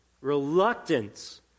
reluctance